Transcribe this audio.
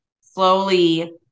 slowly